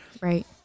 Right